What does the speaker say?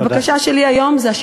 אז הבקשה שלי היום היא,